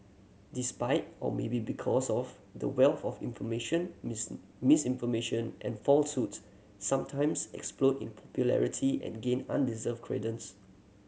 despite or maybe because of the wealth of information miss misinformation and falsehoods sometimes explode in popularity and gain undeserved credence